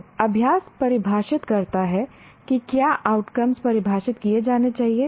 तो अभ्यास परिभाषित करता है कि क्या आउटकम्स परिभाषित किए जाने चाहिए